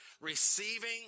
receiving